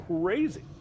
crazy